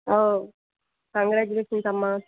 congratulations అమ్మా